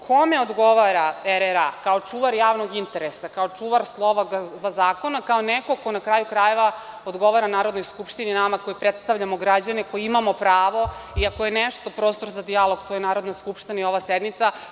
Kome odgovara RRA kao čuvar javnog interesa, kao čuvar slova zakona, kao neko ko na kraju krajeva odgovara Narodnoj skupštini, nama koji predstavljamo građane koji imamo pravo i ako je nešto prostor za dijalog to je Narodna skupština i ova sednica.